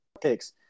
picks